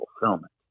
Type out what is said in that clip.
fulfillment